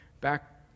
back